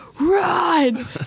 run